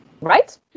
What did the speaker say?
Right